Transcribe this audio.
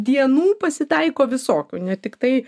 dienų pasitaiko visokių ne tiktai